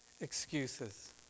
Excuses